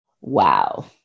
Wow